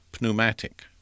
pneumatic